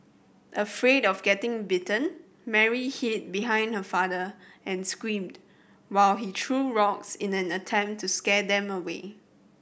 afraid of getting bitten Mary hid behind her father and screamed while he threw rocks in an attempt to scare them away